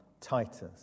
Titus